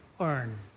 earn